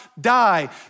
die